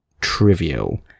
trivial